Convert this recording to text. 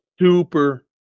super